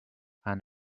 and